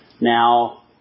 now